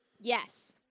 yes